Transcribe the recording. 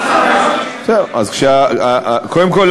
קודם כול,